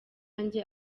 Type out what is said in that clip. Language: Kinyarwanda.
njye